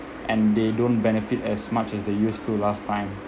and they don't benefit as much as they used to last time